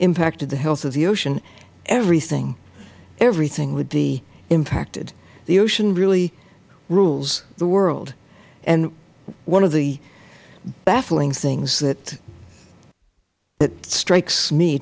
impacted the health of the ocean everything everything would be impacted the ocean really rules the world and one of the baffling things that strikes me